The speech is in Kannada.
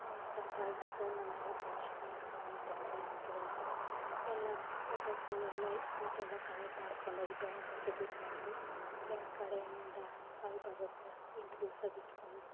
ಹಾಂ ಸರ್ ಆಯಿತು ಸರ್ ನಾನು ಎಲ್ಲ ಕಲೆಕ್ಷನ್ ಮಾಡ್ಕಬಂದು ಕೊಡ್ತೀನಿ ಅಂತೇಳಿದೆ ಎಲ್ಲ ಫೋಟೋಸು ಎಲ್ಲ ಪ್ರೂಫೆಲ್ಲ ಕಲೆಕ್ಟ್ ಮಾಡ್ಕಂಡೋಗಿ ಬ್ಯಾಂಕ್ಗೆ ಸಬ್ಮಿಟ್ ಮಾಡಿದೆ ಬ್ಯಾಂಕ್ ಕಡೆಯಿಂದ ಕಾಲ್ ಬರುತ್ತೆ ಎಂಟು ದಿವಸ ಬಿಟ್ಕೊಂಡು